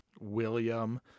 William